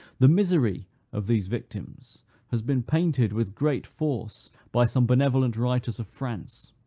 the misery of these victims has been painted with great force by some benevolent writers of france.